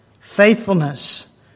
faithfulness